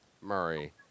Murray